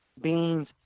beans